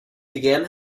began